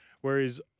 Whereas